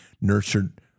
nurtured